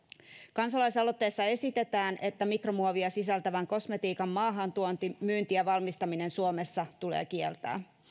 kansalaisaloitteessa esitetään että mikromuovia sisältävän kosmetiikan maahantuonti myynti ja valmistaminen suomessa tulee kieltää